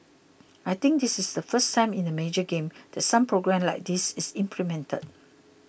I think this is the first time in a major game that some programme like this is implemented